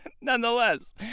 nonetheless